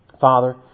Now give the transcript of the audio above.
Father